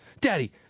Daddy